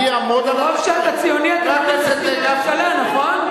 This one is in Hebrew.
מרוב שאתה ציוני, נכון?